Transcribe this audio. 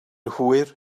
hwyr